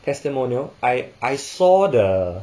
testimonial I I saw the